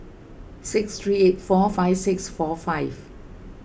six three eight four five six four five